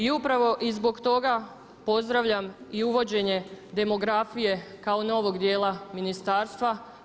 I upravo i zbog toga pozdravljam i uvođenje demografije kao novog dijela ministarstva.